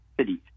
cities